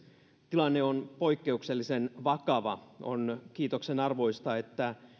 tilanne on poikkeuksellisen vakava on kiitoksen arvoista että